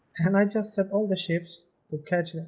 and i just set all the ships to catch them